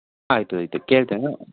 ಆಯಿತು ಆಯಿತು ಕೇಳ್ತೇನೆ